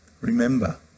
remember